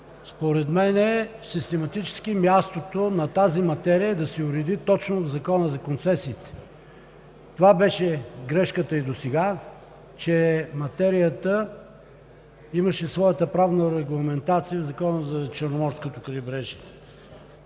според мен систематически мястото на тази материя е да се уреди точно в Закона за концесиите. Това беше грешката и досега, че материята имаше своята правна регламентация в Закона за Черноморското крайбрежие.